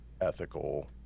ethical